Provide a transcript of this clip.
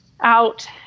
out